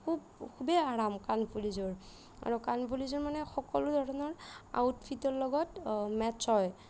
খুব খুবেই আৰাম কাণফুলিযোৰ আৰু কাণফুলিযোৰ মানে সকলো ধৰণৰ আউটফিটৰ লগত মেট্ছ হয়